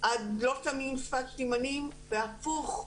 לא שמים שפת סימנים והפוך.